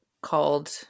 called